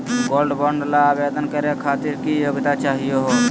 Gold bond ल आवेदन करे खातीर की योग्यता चाहियो हो?